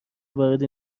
وارد